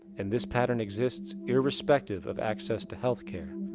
and this pattern exists, irrespective of access to health care.